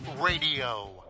RADIO